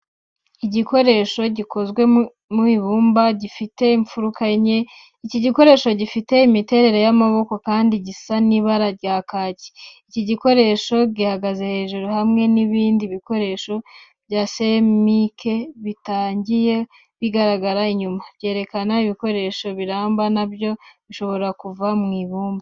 Igikoresho gikozwe mu ibumba, gifite imfuruka enye. Iki gikoresho gifite imiterere y'amaboko kandi gisa n'ibara rya kaki. Iki gikoresho gihagaze hejuru, hamwe n'ibindi bikoresho bya seramike bitarangiye bigaragara inyuma, byerekana ko ibikoresho biramba na byo bishobora kuva mu ibumba.